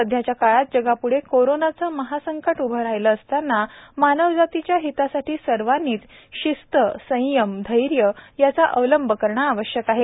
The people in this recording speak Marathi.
सध्याच्या काळात जगाप्रढे कोरोनाचे महासंकट उभे राहिले असताना मानवजातीच्या हितासाठी सर्वांनीच शिस्त संयम धैर्य याचा अवलंब करणे आवश्यक आहे